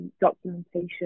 documentation